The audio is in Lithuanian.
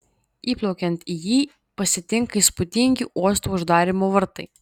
įplaukiant į jį pasitinka įspūdingi uosto uždarymo vartai